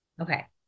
Okay